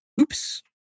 oops